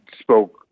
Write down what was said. spoke